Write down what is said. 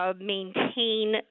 maintain